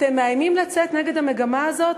אתם מאיימים לצאת נגד המגמה הזאת,